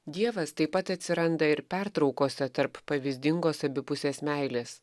dievas taip pat atsiranda ir pertraukose tarp pavyzdingos abipusės meilės